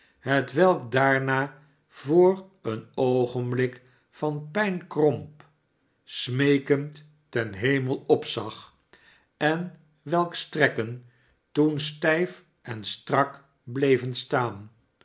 hetwelk daarna voor een oogenblik van pijn kromp smeekend ten hemel opzag en welks trekken toen stijf en strak bleven staan